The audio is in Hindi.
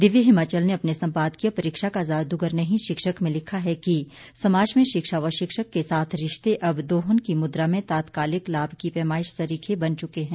दिव्य हिमाचल ने अपने संपादकीय परीक्षा का जादूगर नहीं शिक्षक में लिखा है कि समाज में शिक्षा व शिक्षक के साथ रिश्ते अब दोहन की मुद्रा में तात्कालिक लाभ की पैमाइश सरीखे बन चुके हैं